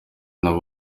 nawe